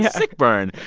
yeah sick burn.